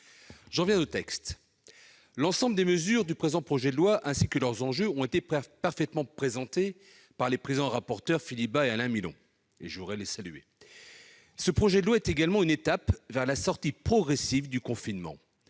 J'en viens au texte. L'ensemble des mesures de ce projet de loi ainsi que leurs enjeux ont été parfaitement présentés par les présidents-rapporteurs Philippe Bas et Alain Milon, que je tiens à saluer. Ce texte est une étape vers la sortie progressive du confinement.